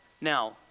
Now